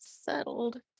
settled